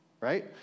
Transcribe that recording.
Right